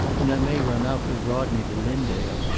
and i may run out with rodney to linndale.